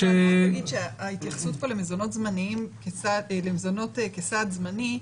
רק אגיד שהתייחסות פה למזונות כסעד זמני,